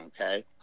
Okay